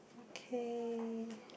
okay